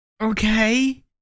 Okay